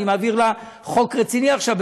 אני מעביר לה חוק רציני עכשיו,